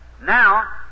Now